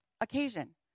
occasion